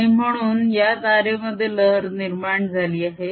आणि म्हणून या तारे मध्ये लहर निर्माण झाली आहे